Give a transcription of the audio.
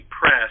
Press